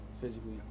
physically